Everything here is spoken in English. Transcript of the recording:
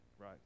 right